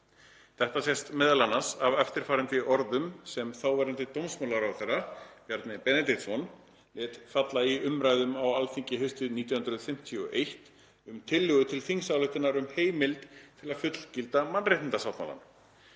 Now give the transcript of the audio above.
Þetta sést meðal annars af eftirfarandi orðum sem þáverandi dómsmálaráðherra, Bjarni Benediktsson, lét falla í umræðum á Alþingi haustið 1951 um tillögu til þingsályktunar um heimild til að fullgilda mannréttindasáttmálann: